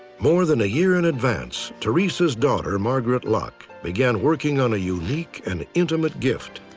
more than a year in advance, teresa's daughter, margaret locke, began working on a unique and intimate gift.